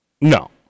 No